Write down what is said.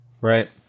Right